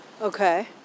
Okay